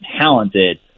talented